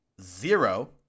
zero